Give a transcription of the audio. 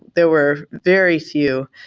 there were very few.